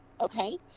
Okay